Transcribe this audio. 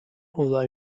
although